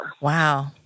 Wow